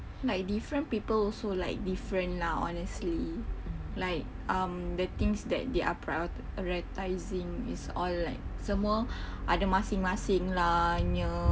like different people also like different lah honestly like um the things that they're prioritising and it's all like semua ada masing-masing lah hanya